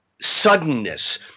suddenness